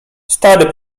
stary